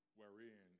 wherein